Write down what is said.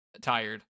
Tired